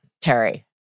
Terry